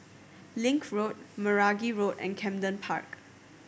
Link Road Meragi Road and Camden Park